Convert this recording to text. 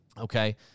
Okay